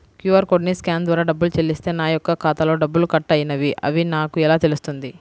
QR కోడ్ని scan ద్వారా డబ్బులు చెల్లిస్తే నా యొక్క ఖాతాలో డబ్బులు కట్ అయినవి అని నాకు ఎలా తెలుస్తుంది?